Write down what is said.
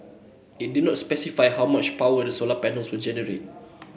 it did not specify how much power the solar panels will generate